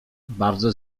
bardzo